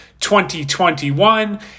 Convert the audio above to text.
2021